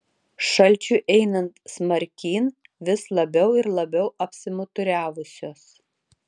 šalčiui einant smarkyn vis labiau ir labiau apsimuturiavusios